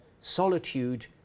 solitude